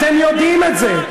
זה עדיף מאשר, אתם יודעים את זה.